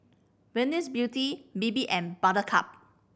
Venus Beauty Bebe and Buttercup